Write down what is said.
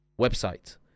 website